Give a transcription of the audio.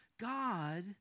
God